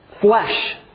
flesh